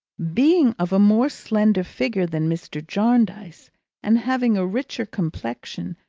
being of a more slender figure than mr. jarndyce and having a richer complexion,